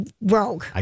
rogue